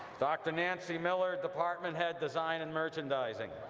dr. nancy miller, department head, design and merchandising